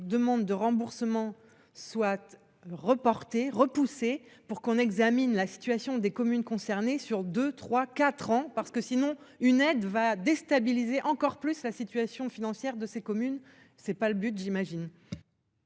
demandes de remboursement soit reporté, repoussé pour qu'on examine la situation des communes concernées sur deux 3 4 ans parce que sinon une aide va déstabiliser encore plus la situation financière de ces communes, c'est pas le but, j'imagine.